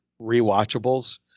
rewatchables